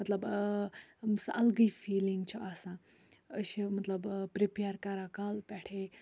مطلب سُہ اَلگٕے فیٖلِنٛگ چھِ آسان أسۍ چھِ مطلب پریٚپِیر کَران کالہٕ پٮ۪ٹھے